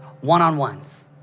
one-on-ones